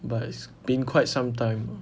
but it's been quite some time ah